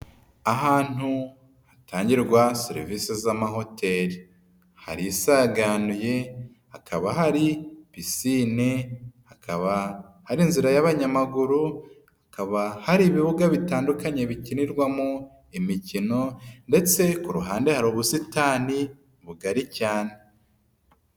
Ahantu hatangirwa serivisi z'amahoteli, harisaganuye, hakaba hari pisine, hakaba hari inzira y'abanyamaguru, hakaba hari ibibuga bitandukanye bikinirwamo imikino ndetse ku ruhande hari ubusitani, bugari cyane.